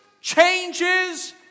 changes